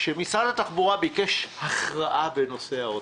שמשרד התחבורה ביקש הכרעה בנושא האוטובוסים.